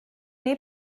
neu